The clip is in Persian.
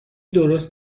درست